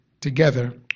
together